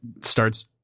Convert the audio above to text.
starts